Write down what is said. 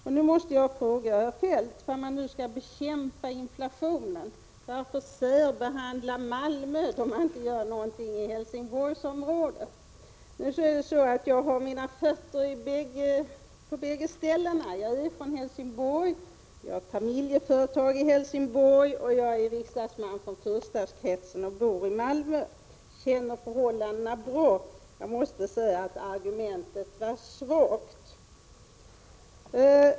Jag måste fråga herr Feldt: Om man nu bekämpar inflationen, varför bara i Malmö, varför inte i Helsingborgsområdet? Nu råkar det vara så att jag har mina fötter på bägge ställena. Jag är från Helsingborg, har ett familjeföretag där, jag är riksdagsledamot för fyrstadskretsen och bor i Malmö. Jag känner förhållandena bra — de är likartade —, och jag måste säga att finansministerns argument är svaga.